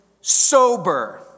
sober